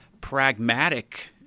pragmatic